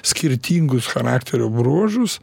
skirtingus charakterio bruožus